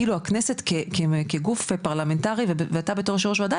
כיאלו הכנסת כגוף פרלמנטרי ואתה בתור יושב ראש וועדה,